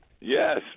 Yes